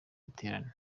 gitaramo